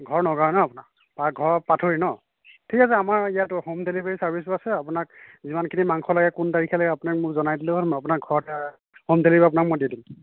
ঘৰ নগাঁও ন আপোনাৰ ঘৰ পাথৰিত ন ঠিক আছে আমাৰ ইয়াত হোম ডেলিভাৰী চাৰ্ভিছো আছে আপোনাক যিমানখিনি মাংস লাগে কোন তাৰিখে লাগে আপুনি মোক জনাই দিলেই হ'ল আপোনাক ঘৰত হোম ডেলিভাৰী মই আপোনাক দি দিম